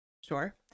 Sure